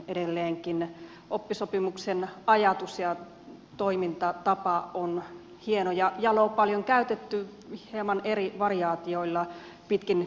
edelleenkin oppisopimuksen ajatus ja toimintatapa on hieno jalo ja paljon käytetty hieman eri variaatioilla pitkin eurooppaa